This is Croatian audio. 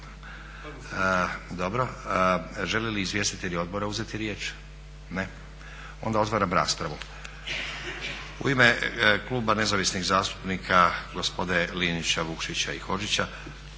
miševe. Žele li izvjestitelji odbora uzeti riječ? Ne. Onda otvaram raspravu. U ime kluba Nezavisnih zastupnika gospode Linića, Vukšića i Hodžića